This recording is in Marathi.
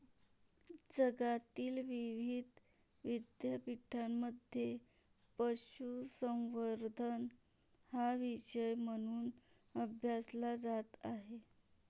जगातील विविध विद्यापीठांमध्ये पशुसंवर्धन हा विषय म्हणून अभ्यासला जात आहे